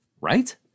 Right